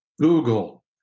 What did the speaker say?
Google